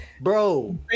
Bro